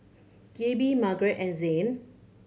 Gabe Margarete and Zhane